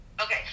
Okay